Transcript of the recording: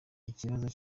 ikibazo